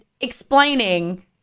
explaining